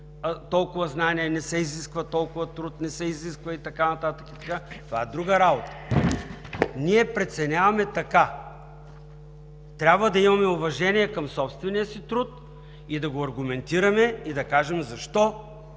толкова знания, не се изисква толкова труд, не се изисква и така нататък и така нататък – това е друга работа. Ние преценяваме така. Трябва да имаме уважение към собствения си труд, да го аргументираме и да кажем защо